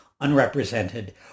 Unrepresented